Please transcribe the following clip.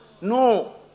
No